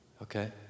Okay